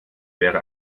wäre